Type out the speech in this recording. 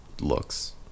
looks